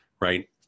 right